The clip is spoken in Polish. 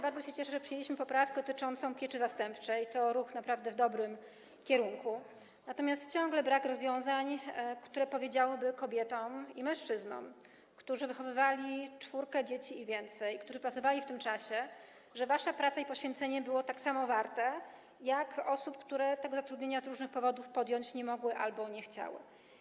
Bardzo się cieszę, że przyjęliśmy poprawkę dotyczącą pieczy zastępczej, to naprawdę ruch w dobrym kierunku, natomiast ciągle brak rozwiązań, które powiedziałyby kobietom i mężczyznom, którzy wychowywali czwórkę dzieci i więcej i którzy pracowali w tym czasie: wasza praca i poświęcenie były tyle samo warte co praca i poświęcenie osób, które tego zatrudnienia z różnych powodów podjąć nie mogły albo nie chciały.